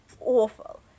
awful